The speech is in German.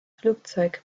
flugzeug